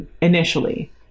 initially